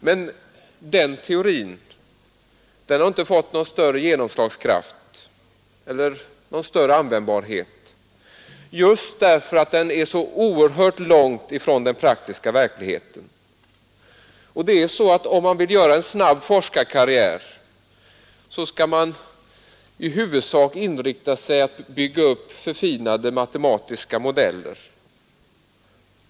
Men den teorin har inte fått någon större genomslagskraft eller användbarhet — just därför att den är så oerhört långt ifrån den praktiska verkligheten. Det så, att om man vill göra en snabb forskarkarriär skall man i huvudsak inrikta sig på att bygga upp förfinade matematiska modeller.